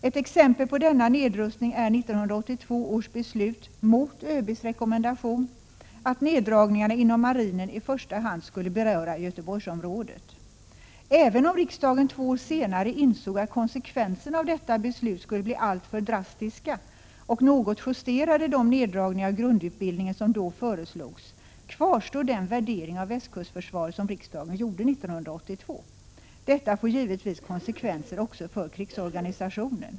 Ett exempel på denna nedrustning är 1982 års beslut, mot ÖB:s rekommendation, att neddragningarna inom marinen i första hand skulle beröra Göteborgsområdet. Även om riksdagen två år senare insåg att konsekvenserna av detta beslut skulle bli alltför drastiska och något justerade de neddragningar av grundutbildningen som då föreslogs, kvarstår den värdering av västkustförsvaret som riksdagen gjorde 1982. Detta får givetvis konsekvenser också för krigsorganisationen.